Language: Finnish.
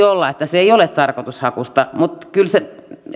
olla että se ei ole tarkoitushakuista mutta kyllä se